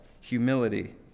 humility